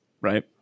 right